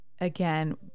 again